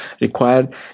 required